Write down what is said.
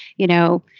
you know,